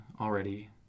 already